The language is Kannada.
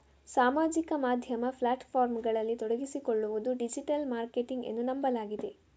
ಸಾಮಾಜಿಕ ಮಾಧ್ಯಮ ಪ್ಲಾಟ್ ಫಾರ್ಮುಗಳಲ್ಲಿ ತೊಡಗಿಸಿಕೊಳ್ಳುವುದು ಡಿಜಿಟಲ್ ಮಾರ್ಕೆಟಿಂಗ್ ಎಂದು ನಂಬಲಾಗಿದೆ